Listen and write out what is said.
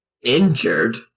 injured